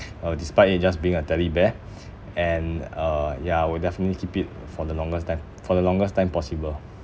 uh despite it just being a teddy bear and uh ya I will definitely keep it for the longest time for the longest time possible